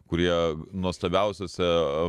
kurie nuostabiausiose